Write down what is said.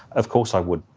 of course i would.